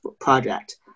project